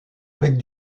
avec